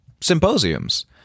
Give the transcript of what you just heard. symposiums